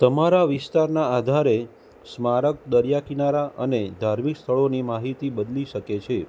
તમારા વિસ્તારના આધારે સ્મારક દરિયાકિનારા અને ધાર્મિક સ્થળોની માહિતી બદલી શકે છે